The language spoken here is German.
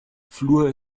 fluor